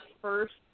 first